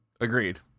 Agreed